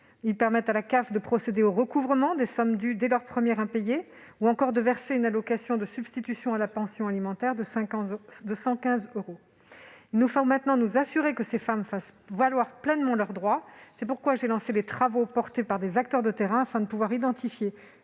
d'allocations familiales de procéder au recouvrement des sommes dues dès le premier impayé, ou encore de verser une allocation de substitution à la pension alimentaire de 115 euros. Il nous faut maintenant nous assurer que ces femmes fassent valoir pleinement leurs droits. C'est pourquoi j'ai lancé des travaux portés par des acteurs de terrain afin de pouvoir identifier